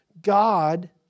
God